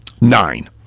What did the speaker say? Nine